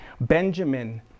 Benjamin